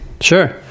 sure